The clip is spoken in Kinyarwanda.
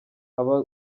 aba